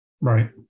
Right